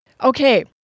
Okay